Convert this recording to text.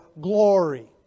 glory